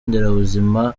nderabuzima